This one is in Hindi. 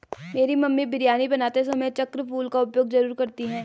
मेरी मम्मी बिरयानी बनाते समय चक्र फूल का उपयोग जरूर करती हैं